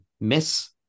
miss